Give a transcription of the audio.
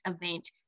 event